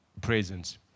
presence